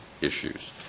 issues